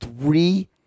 three